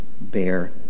bear